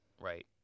Right